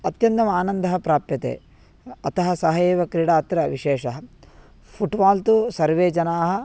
अत्यन्तमानन्दः प्राप्यते अतः सः एव क्रीडा अत्र विशेषः फ़ुट्बाल् तु सर्वे जनाः